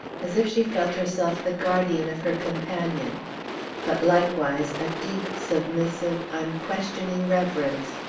as if she felt herself the guardian of her companion but, likewise, a deep, submissive, unquestioning reverence,